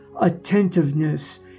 attentiveness